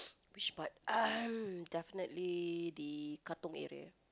which part definitely the Katong area